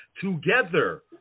together